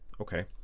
Okay